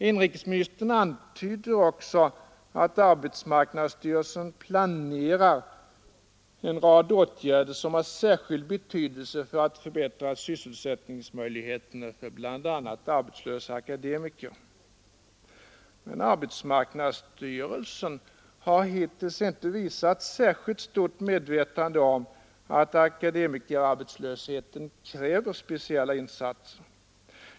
Inrikesministern antyder också att arbetsmarknadsstyrelsen planerar en rad åtgärder som har särskild betydelse för att förbättra sysselsättningsmöjligheterna för bl.a. arbetslösa akademiker. Men arbetsmarknadsstyrelsen har hittills inte visat särskilt stort medvetande om att akademikerarbetslösheten kräver speciella insatser.